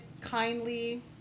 kindly